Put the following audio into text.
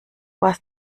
was